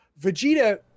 Vegeta